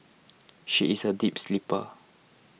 she is a deep sleeper